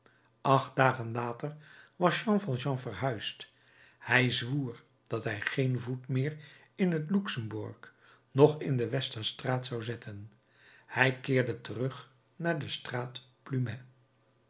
acht dagen later was jean valjean verhuisd hij zwoer dat hij geen voet meer in het luxembourg noch in de westerstraat zou zetten hij keerde terug naar de straat